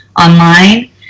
online